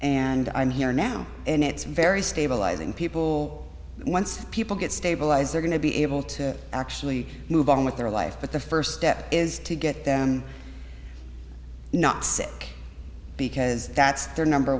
and i'm here now and it's very stabilizing people once people get stabilized they're going to be able to actually move on with their life but the first step is to get them not sick because that's their number